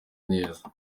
neza